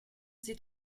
sie